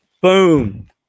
Boom